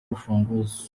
urufunguzo